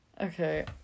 Okay